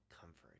comfort